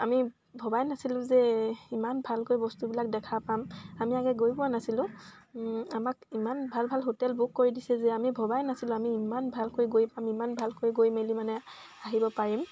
আমি ভবাই নাছিলোঁ যে ইমান ভালকৈ বস্তুবিলাক দেখা পাম আমি আগে গৈ পোৱা নাছিলোঁ আমাক ইমান ভাল ভাল হোটেল বুক কৰি দিছে যে আমি ভবাই নাছিলোঁ আমি ইমান ভালকৈ গৈ পাম ইমান ভালকৈ গৈ মেলি মানে আহিব পাৰিম